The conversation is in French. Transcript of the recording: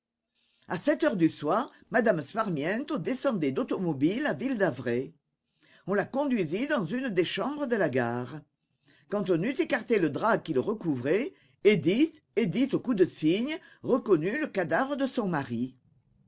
à sept heures du soir m me sparmiento descendait d'automobile à ville-d'avray on la conduisit dans une des chambres de la gare quand on eut écarté le drap qui le recouvrait édith édith au cou de cygne reconnut le cadavre de son mari